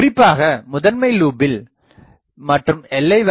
குறிப்பாக முதன்மை லூப்பில் மற்றும் எல்லை வரை